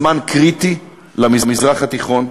זה זמן קריטי למזרח התיכון.